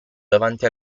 davanti